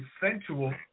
sensual